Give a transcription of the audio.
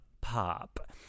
pop